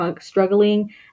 struggling